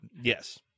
yes